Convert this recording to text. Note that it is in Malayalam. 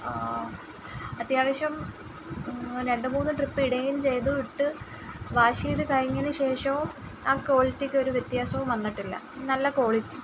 അത്യാവശ്യം രണ്ട് മൂന്ന് ട്രിപ്പ് ഇടുകയും ചെയ്ത് ഇട്ട് വാഷ് ചെയ്ത ഇട്ട് കഴിഞ്ഞതിന് ശേഷവും ആ ക്വാളിറ്റിക്കൊരു വ്യത്യാസവും വന്നട്ടില്ല നല്ല ക്വാളിറ്റി